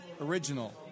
original